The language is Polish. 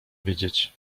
wiedzieć